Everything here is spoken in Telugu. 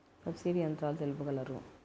సబ్సిడీ యంత్రాలు తెలుపగలరు?